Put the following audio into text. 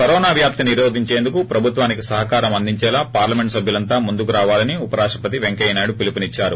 corona వ్యాప్తిని నిరోధించేందుకు ప్రభుత్వానికి సహకారం అందించేలా పార్లమెంట్ సభ్యులంతా ముందుకు రావాలని ఉపరాష్టపతి పెంకయ్యనాయుడు పిలుపునిచ్చారు